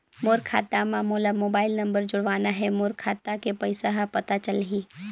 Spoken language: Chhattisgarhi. मोर खाता मां मोला मोबाइल नंबर जोड़वाना हे मोर खाता के पइसा ह पता चलाही?